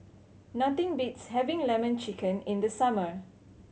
nothing beats having Lemon Chicken in the summer